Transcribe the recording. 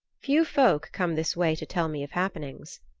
few folk come this way to tell me of happenings.